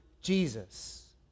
Jesus